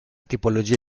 tipologia